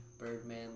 Birdman